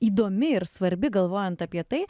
įdomi ir svarbi galvojant apie tai